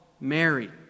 Mary